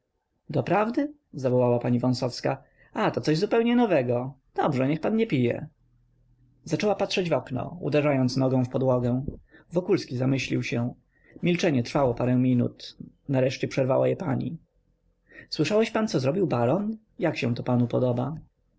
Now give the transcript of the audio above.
doprawdy zawołała pani wąsowska a to coś zupełnie nowego dobrze niech pan nie pije zaczęła patrzeć w okno uderzając nogą w podłogę wokulski zamyślił się milczenie trwało parę minut nareszcie przerwała je pani słyszałeś pan co zrobił baron jak się to panu podoba